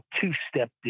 two-step